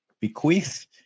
bequeath